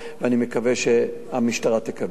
ואני מקווה שהמשטרה תקבל.